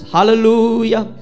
Hallelujah